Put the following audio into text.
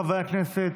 חברי הכנסת,